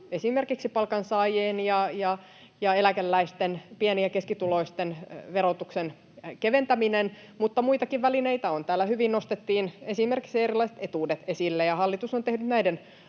esimerkiksi palkansaajien ja eläkeläisten, pieni- ja keskituloisten, verotuksen keventäminen, mutta muitakin välineitä on. Täällä hyvin nostettiin esimerkiksi erilaiset etuudet esille, ja hallitus on tehnyt näiden